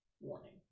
warning